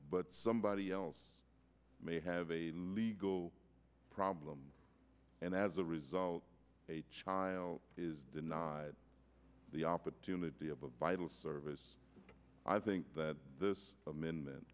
but somebody else may have a legal problem and as a result a child is denied the opportunity of a vital service i think that this amendment